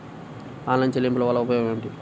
Online చెల్లింపుల వల్ల ఉపయోగమేమిటీ?